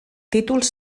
títols